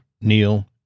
Neil